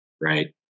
right